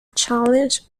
challenge